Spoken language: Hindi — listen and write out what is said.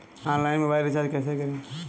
ऑनलाइन मोबाइल रिचार्ज कैसे करें?